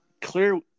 clear